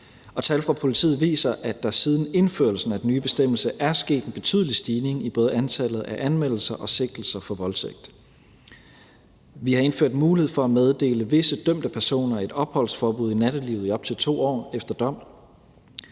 tal fra politiet viser, at der siden indførelsen af den nye bestemmelse er sket en betydelig stigning i både antallet af anmeldelser og sigtelser for voldtægt. Vi har indført mulighed for at meddele visse dømte personer et opholdsforbud i nattelivet i op til 2 år efter dom.